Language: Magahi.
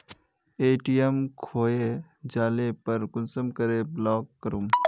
ए.टी.एम खोये जाले पर कुंसम करे ब्लॉक करूम?